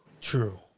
True